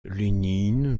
lénine